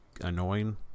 annoying